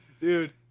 Dude